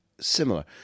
similar